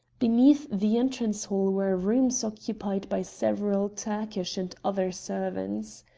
beneath the entrance-hall were rooms occupied by several turkish and other servants.